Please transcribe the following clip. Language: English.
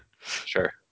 Sure